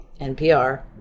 NPR